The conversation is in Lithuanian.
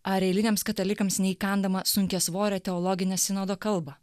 ar eiliniams katalikams neįkandamą sunkiasvorę teologine sinodo kalbą